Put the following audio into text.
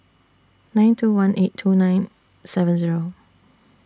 nine two one eight two nine seven Zero